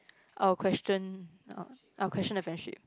I'll question uh I'll question the friendship